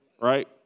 right